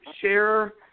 share